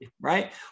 right